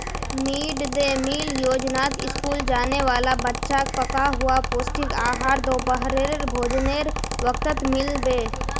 mid day meal योजनात school जाने वाला बच्चाक पका हुआ पौष्टिक आहार दोपहरेर भोजनेर वक़्तत मिल बे